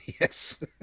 Yes